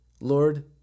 Lord